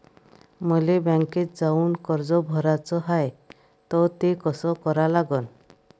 मले बँकेत जाऊन कर्ज भराच हाय त ते कस करा लागन?